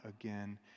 again